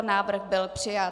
Návrh byl přijat.